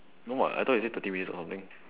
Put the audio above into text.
no [what] I thought you said thirty minutes or something